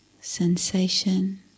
Sensation